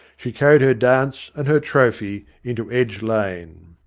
she carried her dance and her trophy into edge lane.